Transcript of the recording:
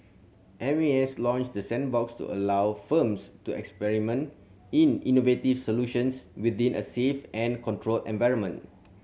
M A S launched the sandbox to allow firms to experiment in innovative solutions within a safe and controlled environment